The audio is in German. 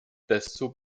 desto